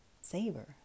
Savor